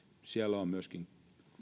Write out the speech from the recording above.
siellä ovat myöskin